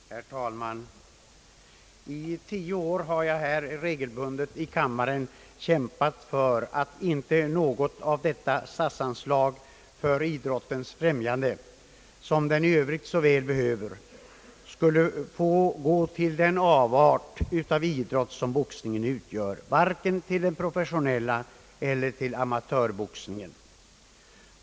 Herr talman! I tio år har jag här i kammaren regelbundet kämpat för att inte något av detta statsanslag för idrottens främjande — som den i övrigt så väl behöver — skulle få gå till den avart av idrott som boxningen utgör, varken till den professionelia boxningen elier till amatörboxningen.